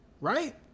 right